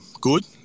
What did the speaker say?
good